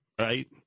right